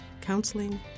counseling